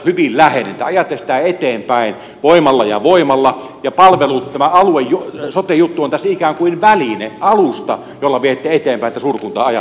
te ajatte sitä eteenpäin voimalla ja voimalla ja tämä sote juttu on tässä ikään kuin väline alusta jolla viette eteenpäin tätä suurkunta ajattelua